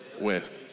west